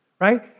right